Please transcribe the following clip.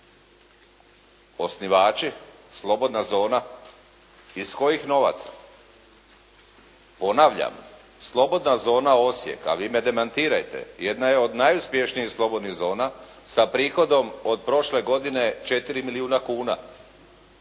Osnivači, slobodna zona? Iz kojih novaca? Ponavljam, slobodna zona Osijek, a vi me demantirajte, jedna je od najuspješnijih slobodnih zona sa prihodom od prošle godine 4 milijuna kuna.